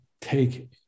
take